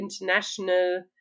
international